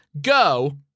go